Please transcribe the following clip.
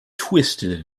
twisted